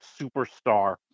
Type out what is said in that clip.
superstar